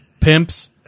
pimps